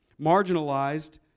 Marginalized